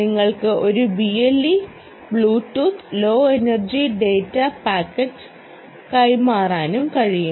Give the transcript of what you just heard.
നിങ്ങൾക്ക് ഒരു BLE Bluetooth low energy data packet കൈമാറാനും കഴിയും